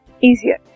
easier